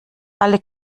alle